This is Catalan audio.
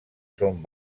són